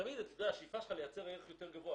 תמיד השאיפה שלך היא לייצר ערך יותר גבוה.